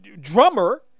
drummer